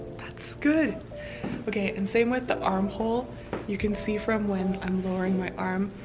that's good okay and same with the armhole you can see from when i'm lowering my arm.